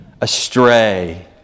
astray